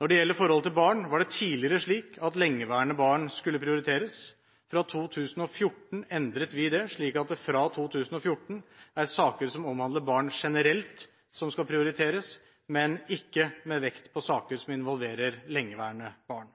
Når det gjelder forholdet til barn, var det tidligere slik at lengeværende barn skulle prioriteres. Fra 2014 endret vi det, slik at det fra 2014 er saker som omhandler barn generelt, som skal prioriteres, men ikke med vekt på saker som involverer lengeværende barn.